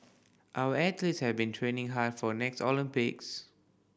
our athletes have been training hard for the next Olympics